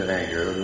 anger